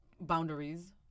boundaries